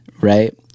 right